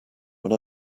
when